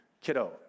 kiddo